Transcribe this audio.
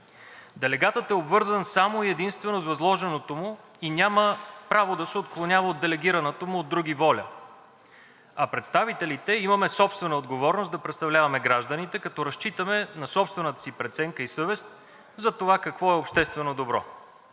Делегатът е обвързан само и единствено с възложеното му и няма право да се отклонява от делегираната му от други воля, а представителите имаме собствена отговорност да представляваме гражданите, като разчитаме на собствената си преценка и съвест за това какво е обществено добро.